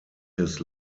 his